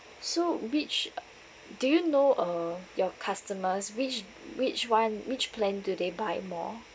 so which do you know uh your customers which which one which plan do they buy more